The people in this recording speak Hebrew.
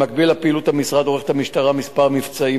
במקביל לפעילות המשרד עורכת המשטרה כמה מבצעים